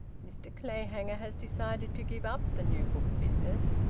mr clayhanger has decided to give up the new book business.